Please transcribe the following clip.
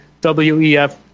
WEF